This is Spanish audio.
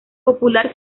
popular